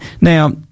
Now